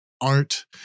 art